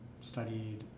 studied